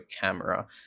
camera